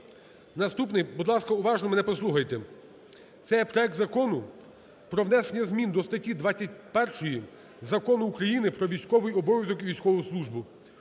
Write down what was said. Наступний, будь ласка, уважно мене послухайте! Це є проект Закону про внесення змін до статті 21-4 Закону України "Про військовий обов'язок і військову службу"